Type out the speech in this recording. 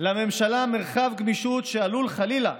לממשלה מרחב גמישות שעלול חלילה